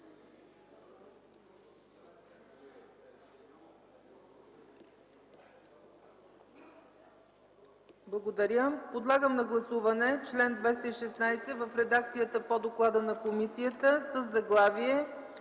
е прието. Подлагам на гласуване чл. 233 в редакцията по доклада на комисията със заглавие